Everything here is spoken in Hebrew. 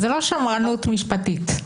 זה לא שמרנות משפטית.